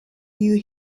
you